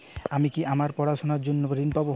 আমি কি আমার পড়াশোনার জন্য ঋণ পাব?